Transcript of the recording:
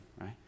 right